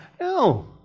No